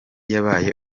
yabaye